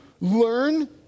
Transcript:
learn